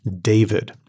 David